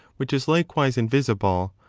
which is likewise in visible,